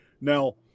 now